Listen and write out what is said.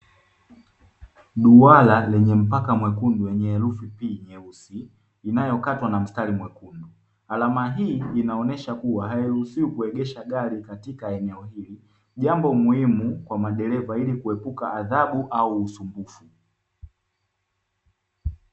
Duara lenye mpaka mwekundu lenye herufi "P" nyeusi, inayokatwa na mstari mwekundu, alama hii inaonyesha kua hairuhusiwi kuegesha gari katika eneo hili, jambo muhimu kwa madereva ili kuepuka adhabu au usumbufu.